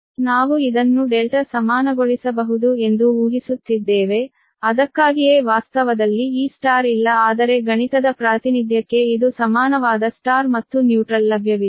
ನಾವು ಇದನ್ನು ∆ಸಮಾನಗೊಳಿಸಬಹುದು ಎಂದು ಊಹಿಸುತ್ತಿದ್ದೇವೆ ಅದಕ್ಕಾಗಿಯೇ ವಾಸ್ತವದಲ್ಲಿ ಈ Y ಇಲ್ಲ ಆದರೆ ಗಣಿತದ ಪ್ರಾತಿನಿಧ್ಯಕ್ಕೆ ಇದು ಸಮಾನವಾದ Y ಮತ್ತು ನ್ಯೂಟ್ರಲ್ ಲಭ್ಯವಿದೆ